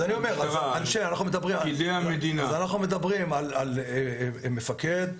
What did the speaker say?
אז אנחנו מדברים על מפקד,